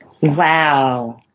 Wow